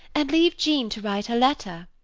and leave jean to write her letter.